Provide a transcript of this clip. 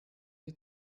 die